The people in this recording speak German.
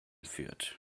führt